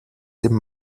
dem